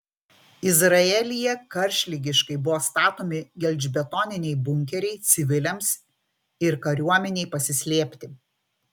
izraelyje karštligiškai buvo statomi gelžbetoniniai bunkeriai civiliams ir kariuomenei pasislėpti